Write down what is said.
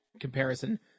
comparison